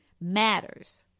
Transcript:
matters